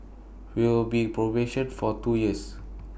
will be probation for two years